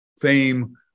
fame